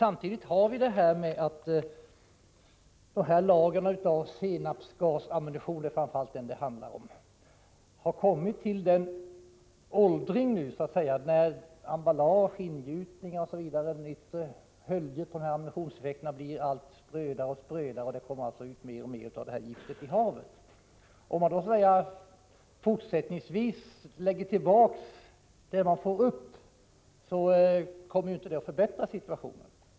Samtidigt har senapsgasammunitionen — det är framför allt sådan som det handlar om — dock nu åldrats så mycket att emballaget i form av hölje, ingjutningar osv. blivit allt sprödare. Mer och mer av giftet kommer alltså ut i havet. Om man då fortsättningsvis lägger tillbaka det man får upp kommer situationen inte att förbättras.